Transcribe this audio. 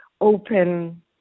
open